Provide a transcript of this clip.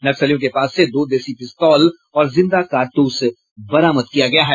नक्सलियों के पास से दो देशी पिस्तौल और जिंदा कारतूस बरामद किया गया है